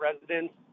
residents